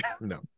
No